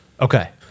Okay